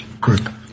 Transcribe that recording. group